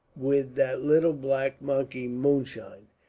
with that little black monkey moonshine.